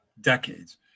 decades